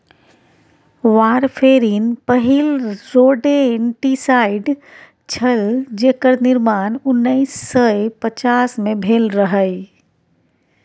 warfarin पहिल rodenticide छल जेकर निर्माण उन्नैस सय पचास मे भेल रहय